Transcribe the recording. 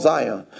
Zion